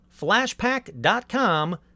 flashpack.com